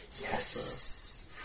Yes